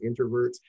introverts